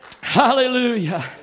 Hallelujah